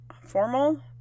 formal